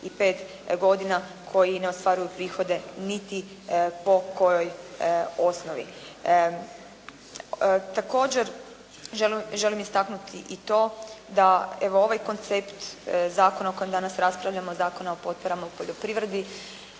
od 65 godina, koji ne ostvaruju prihode niti po kojoj osnovi. Također želim istaknuti i to da evo ovaj koncept zakona o kojem danas raspravljamo Zakona o potporama u poljoprivredi,